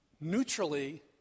neutrally